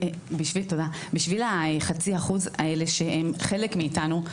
בשביל 0.5% האלה שהם חלק מאיתנו,